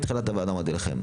מתחילת הוועדה אמרתי לכם,